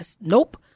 Nope